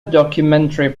documentary